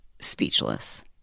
speechless